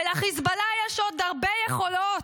ולחיזבאללה יש עוד הרבה יכולות,